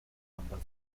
ambas